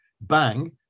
Bang